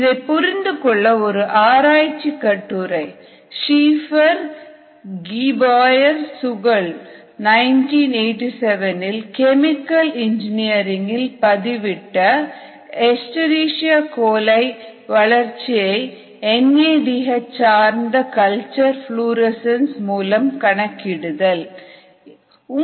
இதை புரிந்துகொள்ள ஒரு ஆராய்ச்சி கட்டுரை ஷீப்பர் கி பாயர் சுகள் 1987 இல் கெமிக்கல் இன்ஜினியரிங் இல் பதிவிட்ட " எச்சரிஷியா கொலை வளர்ச்சியை என் ஏ டி எச் சார்ந்த கல்ச்சர் புளோரசன்ஸ் மூலம் கண்காணித்தல்" Scheper Th